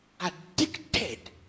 addicted